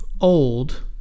old